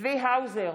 צבי האוזר,